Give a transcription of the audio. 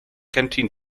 canteen